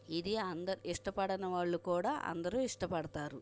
ఇది అంద ఇష్టపడని వాళ్లు కూడా అందరూ ఇష్టపడతారు